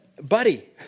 Buddy